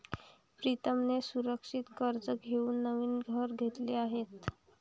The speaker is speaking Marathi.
प्रीतमने सुरक्षित कर्ज देऊन नवीन घर घेतले आहे